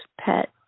pet